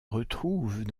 retrouvent